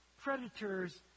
predators